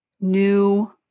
new